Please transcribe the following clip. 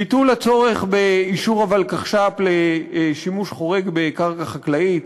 ביטול הצורך באישור הוולקחש"פ לשימוש חורג בקרקע חקלאית,